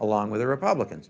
along with the republicans